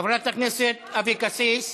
חברת הכנסת אבקסיס,